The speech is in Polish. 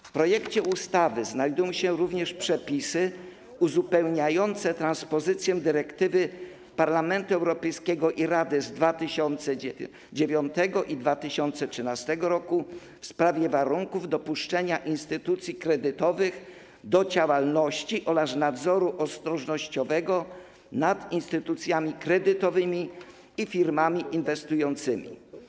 W projekcie ustawy znajdują się również przepisy uzupełniające transpozycję dyrektyw Parlamentu Europejskiego i Rady z 2009 r. i 2013 r. w sprawie warunków dopuszczenia instytucji kredytowych do działalności oraz nadzoru ostrożnościowego nad instytucjami kredytowymi i firmami inwestycyjnymi.